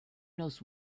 knows